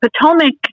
Potomac